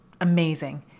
amazing